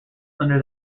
under